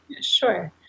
Sure